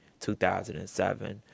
2007